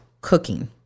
cooking